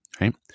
right